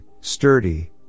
sturdy